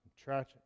tragic